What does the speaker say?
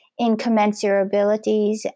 incommensurabilities